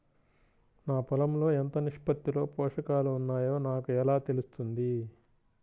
నా పొలం లో ఎంత నిష్పత్తిలో పోషకాలు వున్నాయో నాకు ఎలా తెలుస్తుంది?